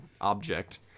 object